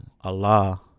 allah